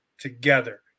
together